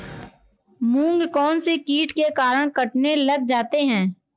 मूंग कौनसे कीट के कारण कटने लग जाते हैं?